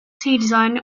design